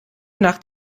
nacht